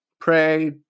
Pray